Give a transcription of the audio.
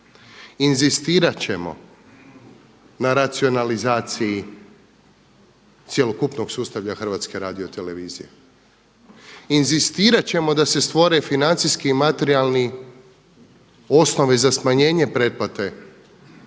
Inzistirat ćemo na racionalizaciji cjelokupnog sustava HRT-a, inzistirat ćemo da se stvore financijski i materijalni osnove za smanjenje pretplate